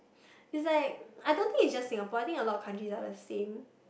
it's like I don't think it's just Singapore I think a lot of countries are the same